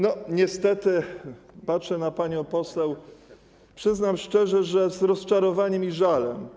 Niestety, patrzę na panią poseł, przyznam szczerze, że z rozczarowaniem i żalem.